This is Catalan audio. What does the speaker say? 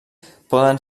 poden